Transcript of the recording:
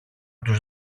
τους